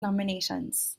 nominations